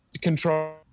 control